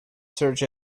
search